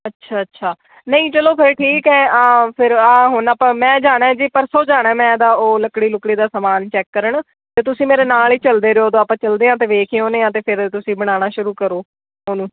ਅੱਛਾ ਅੱਛਾ ਨਹੀਂ ਚਲੋ ਫਿਰ ਠੀਕ ਹੈ ਆ ਫਿਰ ਆ ਹੁਣ ਆਪਾਂ ਮੈਂ ਜਾਣਾ ਜੀ ਪਰਸੋਂ ਜਾਣਾ ਮੈਂ ਦਾ ਉਹ ਲਕੜੀ ਲੁੱਕੜੀ ਦਾ ਸਮਾਨ ਚੈੱਕ ਕਰਨ ਤਾਂ ਤੁਸੀਂ ਮੇਰੇ ਨਾਲ ਹੀ ਚਲਦੇ ਰਿਹੋ ਤੋ ਆਪਾਂ ਚਲਦੇ ਹਾਂ ਅਤੇ ਵੇਖ ਹੀ ਆਉਂਦੇ ਹਾਂ ਤਾਂ ਫਿਰ ਤੁਸੀਂ ਬਣਾਉਣਾ ਸ਼ੁਰੂ ਕਰੋ ਉਹਨੂੰ